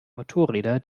motorräder